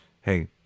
hey